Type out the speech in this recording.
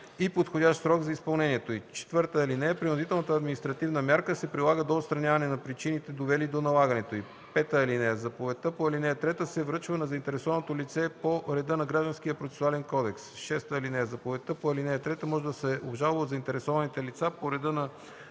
и подходящ срок за изпълнението й. (4) Принудителната административна мярка се прилага до отстраняване на причините, довели до налагането й. (5) Заповедта по ал. 3 се връчва на заинтересованото лице по реда на Гражданския процесуален кодекс. (6) Заповедта по ал. 3 може да се обжалва от заинтересованите лица по реда на